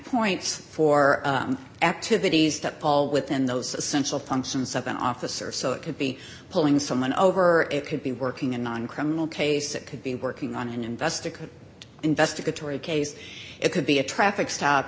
points for activities that ball within those essential functions of an officer so it could be pulling someone over it could be working in non criminal case it could be working on an investor could investigatory case it could be a traffic stop